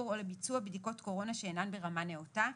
או לביצוע בדיקות קורונה שאינן ברמה נאותה,